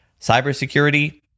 cybersecurity